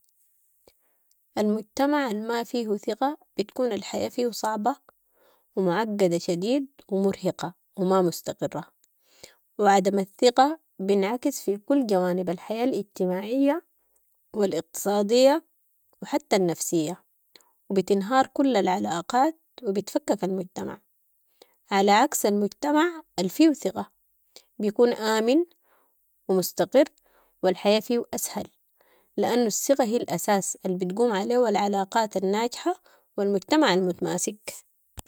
المجتمع الما فيهو ثقة، بتكون الحياة فيهو صعبة و معقدة شديد و مرهقة و ما مستقرة و عدم الثقة بنعكس في كل جوانب الحياة الاجتماعية و الاقتصادية و حته النفسية و بتنهار كل العلاقات و بتفكك المجتمع، علي عكس المجتمع الفيهو ثقة، بيكون امن و مستقر و الحياة فيهو اسهل لانو الثقة هي الاساس البتقوم عليهو العلاقات الناجحة و المجتمع المتماسك.